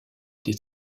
des